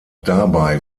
dabei